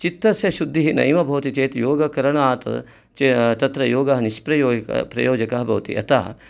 चित्तस्य शुद्धिः नैव भवति चेत् योगकरणात् तत्र योगः निष् प्रयोजकः भवति अतः